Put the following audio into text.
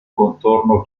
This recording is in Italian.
contorno